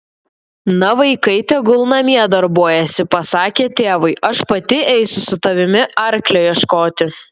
na vaikai tegul namie darbuojasi pasakė tėvui aš pati eisiu su tavimi arklio ieškoti